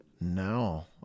No